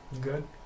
good